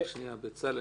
הישיבה, ומאחר